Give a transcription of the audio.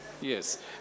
yes